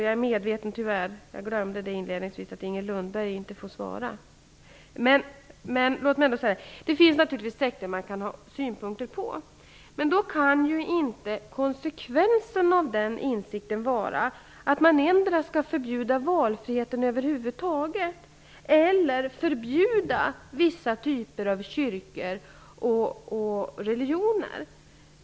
Jag är medveten om att Inger Lundberg nu inte har rätt till ytterligare inlägg, men jag vill ändå säga, att även om det finns sekter som man kan ha synpunkter på kan konsekvensen av den insikten ju inte vara att man endera förbjuder valfriheten över huvud taget eller förbjuder vissa typer av kyrkor och religioner.